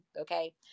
okay